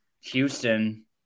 Houston